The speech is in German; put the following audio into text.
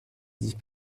sich